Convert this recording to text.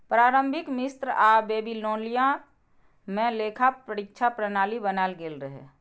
प्रारंभिक मिस्र आ बेबीलोनिया मे लेखा परीक्षा प्रणाली बनाएल गेल रहै